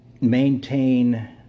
maintain